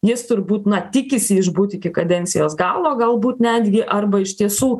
jis turbūt na tikisi išbūt iki kadencijos galo galbūt netgi arba iš tiesų